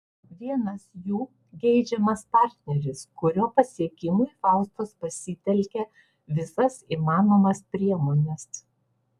vienas jų geidžiamas partneris kurio pasiekimui faustos pasitelkia visas įmanomas priemones